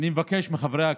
אני מבקש מחברי הכנסת,